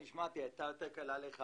בדעת רוב